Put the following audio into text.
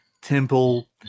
temple